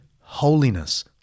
holiness